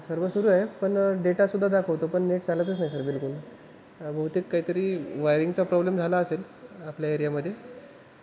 सर्व सुरू आहे पण डेटासुद्धा दाखवतो पण नेट चालतच नाही सर बिलकुल बहुतेक काहीतरी वायरिंगचा प्रॉब्लेम झाला असेल आपल्या एरियामध्ये